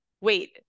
wait